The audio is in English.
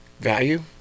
value